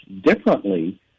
differently